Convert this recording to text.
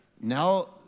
now